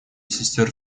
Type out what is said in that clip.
сестер